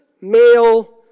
male